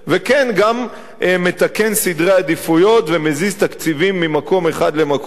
גם מתקן סדרי עדיפויות ומזיז תקציבים ממקום אחד למקום אחר,